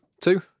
two